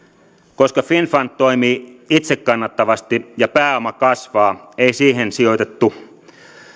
koska finnfund toimii itsekannattavasti ja pääoma kasvaa ei siihen sijoitettu